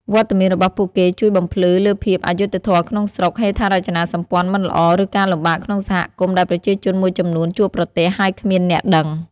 វត្តមានរបស់ពួកគេជួយបំភ្លឺលើភាពអយុត្តិធម៌ក្នុងស្រុក ហេដ្ឋារចនាសម្ព័ន្ធមិនល្អ ឬការលំបាកក្នុងសហគមន៍ដែលប្រជាជនមួយចំនួនជួបប្រទះ ហើយគ្មានអ្នកដឹង។